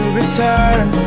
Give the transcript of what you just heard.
return